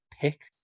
pick